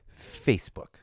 facebook